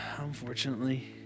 unfortunately